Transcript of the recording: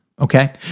Okay